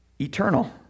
Eternal